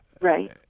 Right